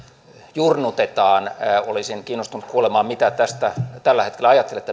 jurnutetaan olisin kiinnostunut kuulemaan mitä tästä tällä hetkellä ajattelette